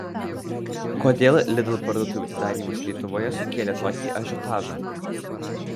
kodėl lidl parduotuvių atidarymas lietuvoje sukėlė tokį ažiotažą